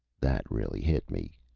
that really hit me.